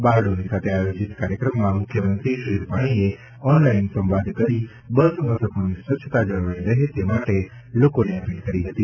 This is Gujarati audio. બારડોલી ખાતે આયોજિત કાર્યક્રમમાં મુખ્યમંત્રી શ્રી રૂપાણીએ ઓનલાઇન સંવાદ કરી બસ મથકોની સ્વચ્છતા જળવાઈ રહે તે માટે લોકોને અપીલ કરી હતી